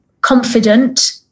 confident